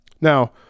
Now